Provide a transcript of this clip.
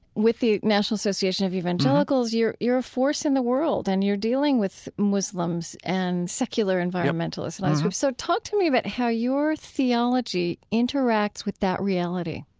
with the national association of evangelicals, you're a force in the world and you're dealing with muslims and secular environmentalists. and so talk to me about how your theology interacts with that reality